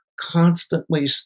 Constantly